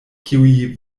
kiuj